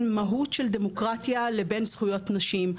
מהות של דמוקרטיה לבין זכויות נשים,